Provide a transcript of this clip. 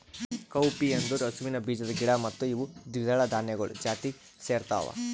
cowpea ಅಂದುರ್ ಹಸುವಿನ ಬೀಜದ ಗಿಡ ಮತ್ತ ಇವು ದ್ವಿದಳ ಧಾನ್ಯಗೊಳ್ ಜಾತಿಗ್ ಸೇರ್ತಾವ